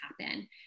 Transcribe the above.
happen